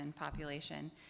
population